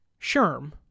Sherm